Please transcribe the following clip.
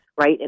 right